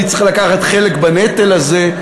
אני צריך לקחת חלק בנטל הזה,